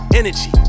energy